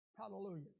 Hallelujah